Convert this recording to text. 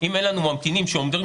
אם אין לנו ממתינים שעומדים